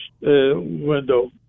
window